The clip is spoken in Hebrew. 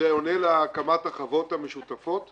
זה עונה להקמת החוות המשותפות?